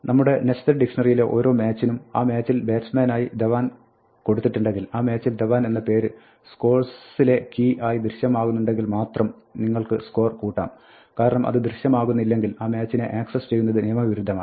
നമ്മുടെ നെസ്റ്റഡ് ഡിക്ഷ്ണറിയിലെ ഓരോ മാച്ചിനും ആ മാച്ചിൽ ബാറ്റ്സ്മാനായി ധവാൻ കൊടുത്തിട്ടുണ്ടെങ്കിൽ ആ മാച്ചിൽ ധവാൻ എന്ന പേര് score ലെ key ആയി ദൃശ്യമാകുന്നുണ്ടെങ്കിൽ മാത്രം നിങ്ങൾക്ക് score കൂട്ടാം കാരണം അത് ദൃശ്യമാകുന്നില്ലെങ്കിൽ ആ മാച്ചിനെ ആക്സസ് ചെയ്യുന്നത് നിയമവിരുദ്ധമാണ്